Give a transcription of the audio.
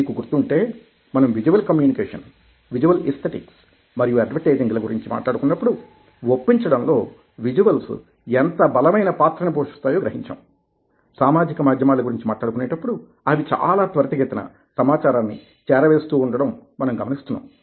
మీకు గుర్తు ఉంటే మనం విజువల్ కమ్యూనికేషన్ విజువల్ ఈస్తటిక్స్ మరియు ఎడ్వర్టైజింగ్ ల గురించి మాట్లాడుకున్నప్పుడు ఒప్పించడంలో విజువల్స్ ఎంత బలమైన పాత్ర ని పోషిస్తాయో గ్రహించాం సామాజిక మాధ్యమాల గురించి మాట్లాడుకునేటప్పుడు అవి చాలా త్వరితగతిన సమాచారాన్ని చేరవేస్తూ ఉండడం మనం గమనిస్తున్నాం